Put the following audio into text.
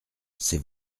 c’est